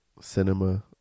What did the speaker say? cinema